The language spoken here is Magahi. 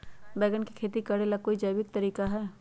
बैंगन के खेती भी करे ला का कोई जैविक तरीका है?